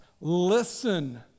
Listen